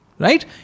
Right